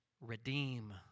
redeem